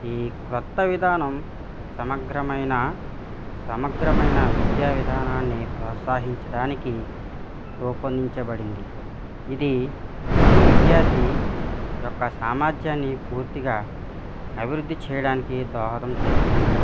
ఈ కొత్త విధానం సమగ్రమైన సమగ్రమైన విద్యా విధానాన్ని ప్రోత్సహించడానికి రూపొందించబడింది ఇది ప్రతి విద్యార్థి ఒక సామర్థ్యాన్ని పూర్తిగా అభివృద్ధి చేయడానికి దోహదం చేస్తుంది